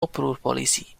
oproerpolitie